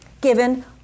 given